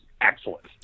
excellent